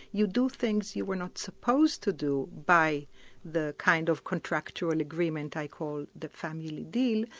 you do things you were not supposed to do by the kind of contractual agreement i call the family deal,